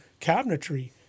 cabinetry